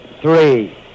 three